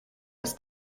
ist